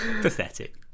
Pathetic